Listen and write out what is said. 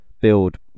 build